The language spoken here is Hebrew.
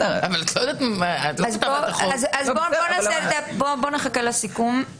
נחכה לסיכום של ההצעות.